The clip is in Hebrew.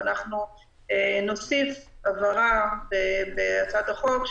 ואנחנו נוסיף הבהרה בהצעת החוק,